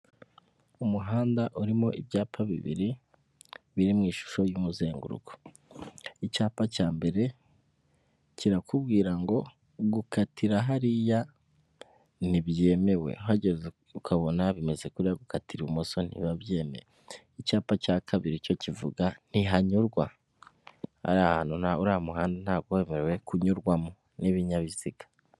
Umuhanda urimo ibyapa bibiri, biri mu ishusho y'umuzenguruko. Icyapa cya mbere kirakubwira ngo gukatira hariya ntibyemewe, uhageze ukabona bimeze kuriya gukatira ibumoso ntibiba byemewe. Icyapa cya kabiri cyo kivuga ntihanyurwa, uriya muhanda ntabwo uba wemerewe kunyurwamo n'ibinyabiziga.